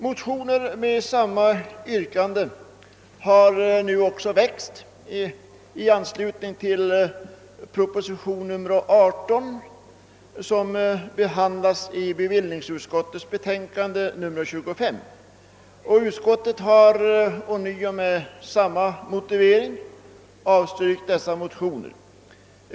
Motioner med samma yrkanden har nu väckts i anslutning till propositionen nr 18 som behandlas i bevillningsutskottets betänkande nr 25. Utskottet har ånyo med samma motivering avstyrkt dessa motioner.